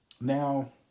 now